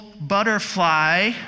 butterfly